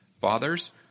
Fathers